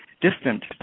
distant